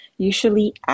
Usually